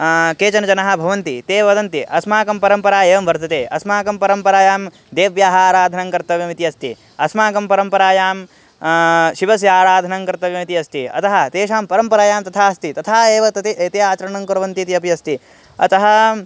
केचन जनाः भवन्ति ते वदन्ति अस्माकं परम्परा एवं वर्तते अस्माकं परम्परायां देव्याः आराधनं कर्तव्यम् इति अस्ति अस्माकं परम्परायां शिवस्य आराधनं कर्तव्यम् इति अस्ति अतः तेषां परम्परायां तथा अस्ति तथा एव तत् ते आचरणं कुर्वन्ति इति अपि अस्ति अतः